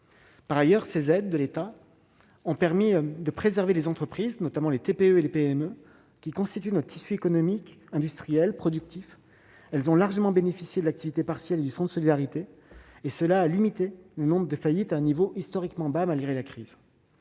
Par ailleurs, les aides de l'État ont permis de préserver les entreprises, notamment les TPE et les PME, qui constituent la base de notre tissu économique, industriel et productif. Elles ont largement bénéficié de l'activité partielle et du fonds de solidarité, qui ont limité le nombre de faillites à un niveau historiquement bas, malgré la crise.